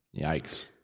Yikes